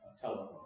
telephone